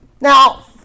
Now